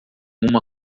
uma